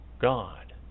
God